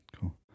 Cool